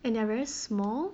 and they are very small